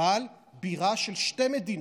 אבל בירה של שתי מדינות,